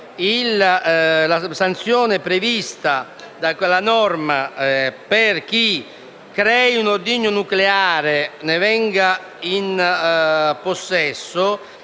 la sanzione prevista da quella norma per chi crea un ordigno nucleare o ne viene in possesso